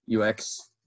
UX